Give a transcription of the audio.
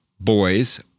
boys